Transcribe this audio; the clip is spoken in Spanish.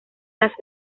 las